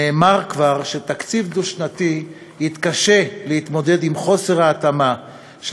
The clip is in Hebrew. נאמר כבר שתקציב דו-שנתי יתקשה להתמודד עם חוסר ההתאמה של